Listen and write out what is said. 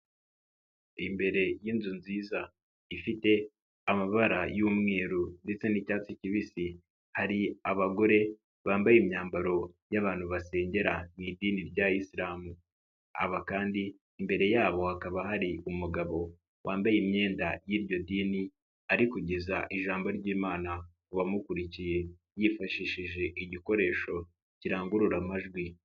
Imbere y'inzu nziza ifite amabara y'umweru ndetse n'icyatsi kibisi hari abagore bambaye imyambaro y'abantu basengera mu idini rya isilamu, aba kandi imbere yabo hakaba hari umugabo wambaye imyenda y'iryo dini ariko kugeza ijambo ry'imana uwamukurikiye yifashishije igikoresho kirangurura amajwi.